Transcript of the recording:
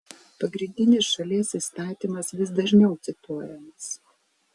pagrindinis šalies įstatymas vis dažniau cituojamas